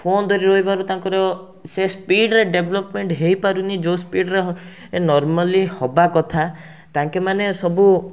phone ଧରି ରହିବାରୁ ତାଙ୍କର ସେ ସ୍ପିଡ଼୍ରେ ଡେଭଲପ୍ମେଣ୍ଟ ହେଇପାରୁନି ଯେଉଁ ସ୍ପିଡ଼୍ରେ ଏ ନର୍ମାଲି ହେବା କଥା ତାଙ୍କେ ମାନେ ସବୁ